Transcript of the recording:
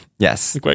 Yes